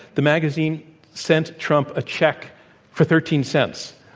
the magazine sent trump a check for thirteen cents.